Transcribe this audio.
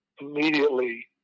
immediately